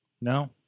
No